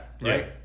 right